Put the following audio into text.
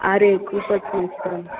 आरे खूपच मस्त